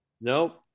nope